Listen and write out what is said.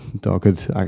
dogged